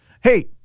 Hey